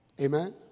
Amen